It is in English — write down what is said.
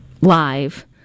live